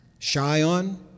Shion